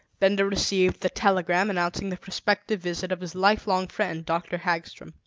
benda received the telegram announcing the prospective visit of his lifelong friend, dr. hagstrom.